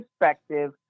perspective